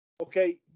okay